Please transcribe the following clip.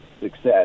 success